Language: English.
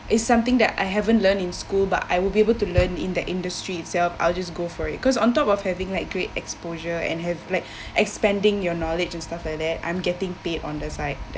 it's something that I haven't learned in school but I will be able to learn in that industry itself I'll just go for it cause on top of haveing like great exposure and have black expanding your knowledge and stuff like that I'm getting paid on the side that